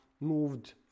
moved